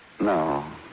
No